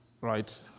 right